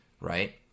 right